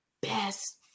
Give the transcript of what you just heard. best